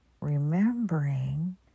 Remembering